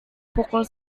pukul